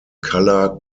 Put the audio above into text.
color